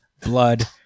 blood